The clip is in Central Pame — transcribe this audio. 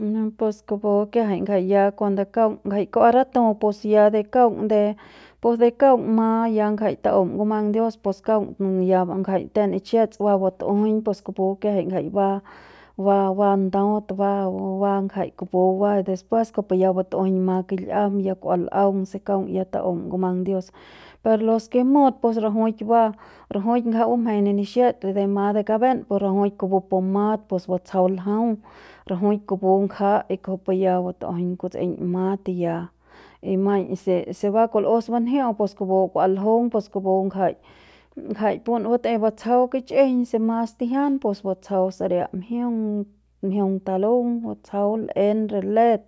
no pus kupu kiajai ngjai ya kuande kaung ya kua ratu pus ya de kaung de pus de kaung ma ya ngjai taum ngumang dios pus kaung ya ngjai ten nixets ba batujuiñ pus kupu kiajai jai ba ba ba ndaut ba ba ngjai kuú ba después kujupu ya batjuiñ ma kil'iam ya kua l'aung se kaung ya taum ngumang dios per los ke mut pus rajuik ba rajuik ngja bumjeil re nixets de mas de kaben pu rajuik kupu pu mat pus batsjau ljau rajuik kupu ngja y kujupu ya batujuiñ kutsei ma ya y maiñ se se ba kul'us banjiu'u pus kupus kua ljung pus kupu ngjai ngjai pun batei batsjau kich'ijiñ se mas tijian pus batsjau saria mjiung, mjiung talung batsjau l'en re let.